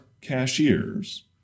cashiers